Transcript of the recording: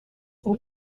aux